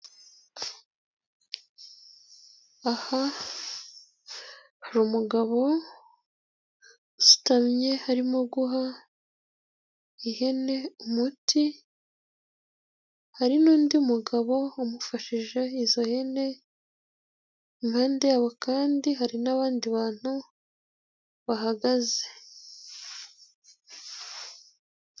Aha hari umugabo usutamye arimo guha ihene umuti, hari n'undi mugabo umufashije izo hene, iruhande rwabo kandi hari n'abandi bantu bahagaze.